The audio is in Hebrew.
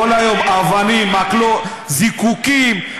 כל היום אבנים, מקלות, זיקוקים.